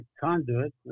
conduit